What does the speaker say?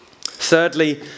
Thirdly